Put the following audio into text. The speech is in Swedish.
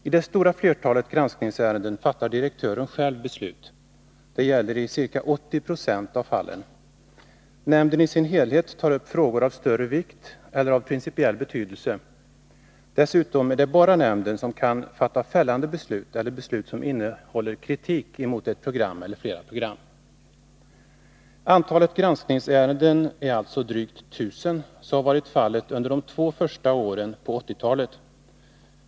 I det stora flertalet granskningsärenden fattar direktören själv beslut — det gäller i ca 80 90 av fallen. Nämnden i sin helhet tar upp frågor av större vikt eller av principiell betydelse. Dessutom är det bara nämnden som kan fatta fällande beslut eller beslut som innehåller kritik mot ett eller flera program. Antalet granskningsärenden är alltså drygt 1 000. Så har varit fallet under de två första åren av 1980-talet.